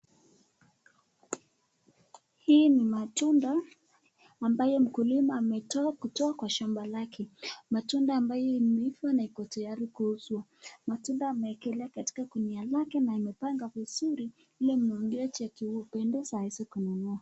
Hii ni matunda ambayo mkulima ametoa kutoka kwa shamba lake matunda ambayo imeivaa na iko tayari kuuzwa. Matunda ameekelea katika ngunia lake na amepanga vizuri ili mnunuaji akipendezwa aweze kununua.